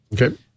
Okay